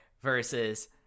versus